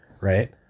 right